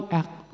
act